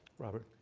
robert.